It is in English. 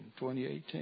2018